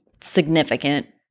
significant